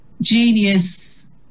genius